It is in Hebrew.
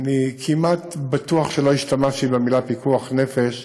אני כמעט בטוח שלא השתמשתי במילים "פיקוח נפש".